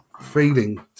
feeling